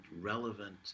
relevant